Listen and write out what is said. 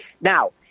Now